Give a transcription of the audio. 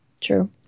True